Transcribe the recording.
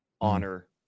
honor